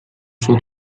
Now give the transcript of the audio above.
sua